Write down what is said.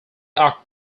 are